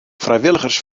frijwilligers